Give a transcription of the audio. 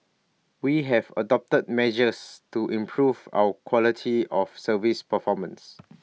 we have adopted measures to improve our quality of service performance